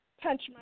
Punch